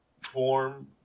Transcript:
form